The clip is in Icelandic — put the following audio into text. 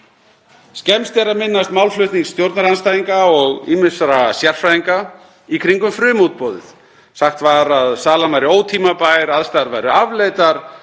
Skemmst er að minnast málflutnings stjórnarandstæðinga og ýmissa sérfræðinga í kringum frumútboðið. Sagt var að salan væri ótímabær, aðstæður væru afleitar,